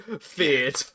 feared